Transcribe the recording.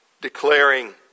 declaring